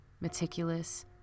meticulous